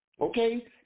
okay